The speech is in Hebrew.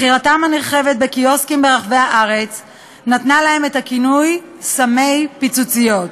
מכירתם הנרחבת בקיוסקים ברחבי הארץ נתנה להם את הכינוי "סמי פיצוציות",